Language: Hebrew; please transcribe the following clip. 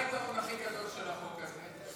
מה היתרון הכי גדול של החוק הזה?